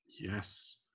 yes